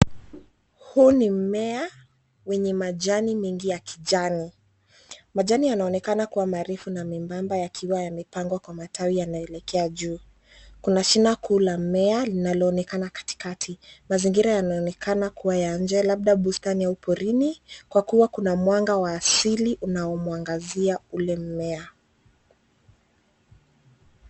Huu ni mmea, wenye majani mengi ya kijani. Majani yanaonekana kuwa marefu na membamba yakiwa yamepangwa kwa matawi yanaelekea juu. Kuna shina kuu la mmea, linaloonekana katikati. Mazingira yanaonekana kuwa ya nje, labda bustani au porini, kwa kuwa kuna mwanga wa asili unaomwangazia ule mmea.